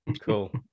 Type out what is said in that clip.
Cool